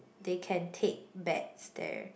they can take bets there